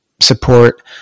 support